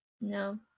No